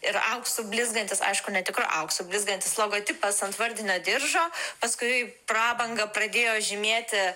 ir auksu blizgantis aišku netikru auksu blizgantis logotipas ant vardinio diržo paskui prabangą pradėjo žymėti